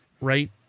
right